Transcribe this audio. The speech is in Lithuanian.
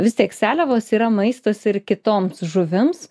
vis tiek seliavos yra maistas ir kitoms žuvims